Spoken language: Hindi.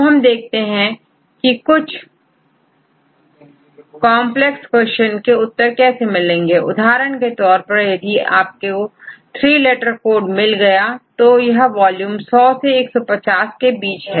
अब हम देखते हैं के कुछ कॉन्प्लेक्स क्वेश्चंस के उत्तर कैसे मिलेंगे उदाहरण के तौर पर यदि आपको थ्री लेटर कोड मिल गया और वॉल्यूम100 से150 के बीच है